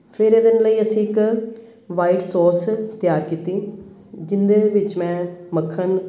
ਫਿਰ ਇਹਦੇ ਲਈ ਅਸੀਂ ਇੱਕ ਵਾਈਟ ਸੋਸ ਤਿਆਰ ਕੀਤੀ ਜਿਹਦੇ ਵਿੱਚ ਮੈਂ ਮੱਖਣ